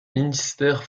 ministère